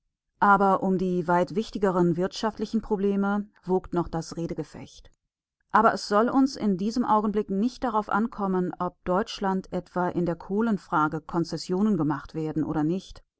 aber um die weit wichtigeren wirtschaftlichen probleme wogt noch das redegefecht aber es soll uns in diesem augenblick nicht darauf ankommen ob deutschland etwa in der kohlenfrage konzessionen gemacht werden oder nicht